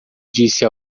disse